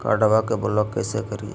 कार्डबा के ब्लॉक कैसे करिए?